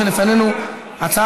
ההצעה